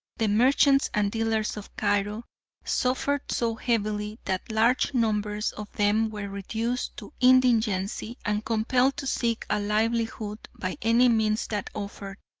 the merchants and dealers of cairo suffered so heavily that large numbers of them were reduced to indigency and compelled to seek a livelihood by any means that offered.